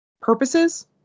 purposes